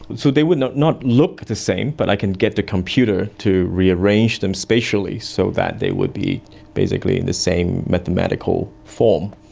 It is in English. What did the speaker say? so they will not not look the same, but i can get the computer to rearrange them spatially so that they will be basically in the same mathematical form.